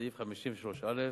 סעיף 53(א).